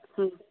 ᱦᱮᱸ